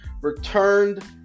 returned